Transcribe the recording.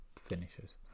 finishes